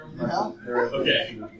Okay